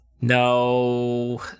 No